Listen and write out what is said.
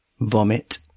Vomit